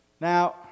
Now